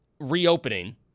reopening